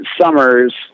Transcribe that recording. Summers